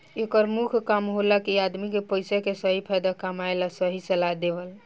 एकर मुख्य काम होला कि आदमी के पइसा के सही फायदा कमाए ला सही सलाह देवल